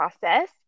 process